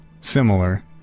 Similar